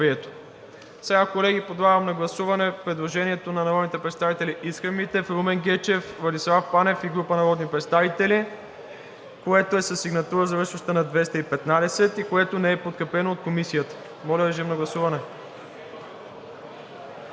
прието. Колеги, подлагам на гласуване предложението на народните представители Искрен Митев, Румен Гечев, Владислав Панев и група народни представители, което е със сигнатура, завършваща на 215, и което не е подкрепено от Комисията. Гласували